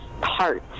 parts